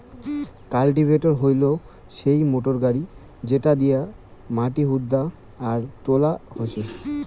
cultivator হইলো সেই motor গাড়ি যেটা দিয়া মাটি হুদা আর তোলা হসে